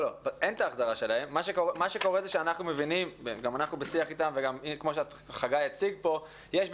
מה שקורה זה שאנחנו מבינים גם אנחנו בשיח אתם יש התעוררות